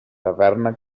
taverna